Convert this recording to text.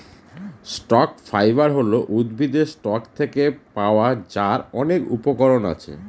stock fibre হল উদ্ভিদের stalk থেকে পাওয়া যার অনেক উপকরণ আছে